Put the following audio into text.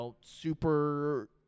super